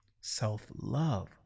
self-love